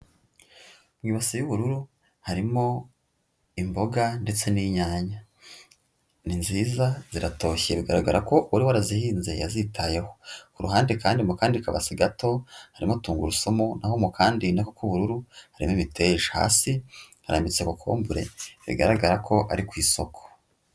Mu ibasi y'ubururu harimo imboga ndetse n'inyanya, ninziza ziratoshye bigaragara ko uwariwarazihinze yazitayeho ku kuruhande kandi mu kandi kabasi gato harimo tungurusumu naho mu kandi nako k'ubururu hari imiteja, hasi hararambitse kokombure bigaragara ko ari ku isoko.